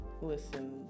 listen